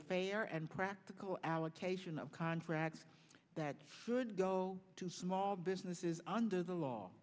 fair and practical allocation of contracts that should go to small businesses under the law